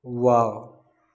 wow